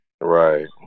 right